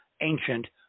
ancient